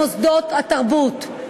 יחד עם מוסדות התרבות,